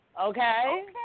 Okay